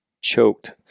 choked